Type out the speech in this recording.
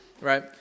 Right